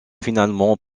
finalement